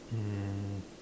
um